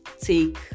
take